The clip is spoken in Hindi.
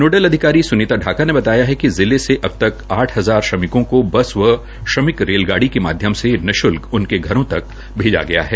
नोडल अधिकारी सुनीता शाका ने बताया कि जिले से अबतक आठ हजार श्रमिकों को बस व श्रमिक रेलगाड़ी के माध्य से निशुल्क उनके घरों तक भेजा गया है